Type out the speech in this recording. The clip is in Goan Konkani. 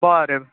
बरें